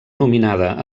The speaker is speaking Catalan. nominada